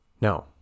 No